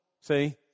see